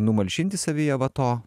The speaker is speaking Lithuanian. numalšinti savyje va to